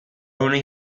only